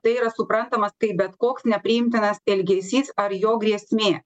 tai yra suprantamas kaip bet koks nepriimtinas elgesys ar jo grėsmė